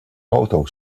auto